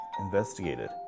investigated